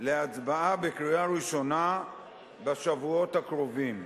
להצבעה בקריאה ראשונה בשבועות הקרובים.